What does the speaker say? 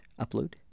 Upload